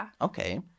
okay